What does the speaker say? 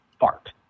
fart